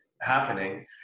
happening